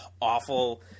awful